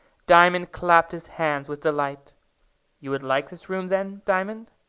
diamond clapped his hands with delight. you would like this room, then, diamond?